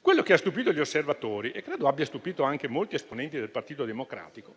Quello che ha stupito gli osservatori e credo abbia stupito anche molti esponenti del Partito Democratico